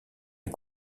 est